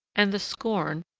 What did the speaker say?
and the scorn,